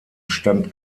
stand